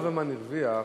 ברוורמן הרוויח.